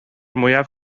mwyaf